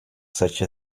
such